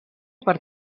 per